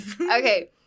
Okay